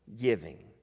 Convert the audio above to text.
giving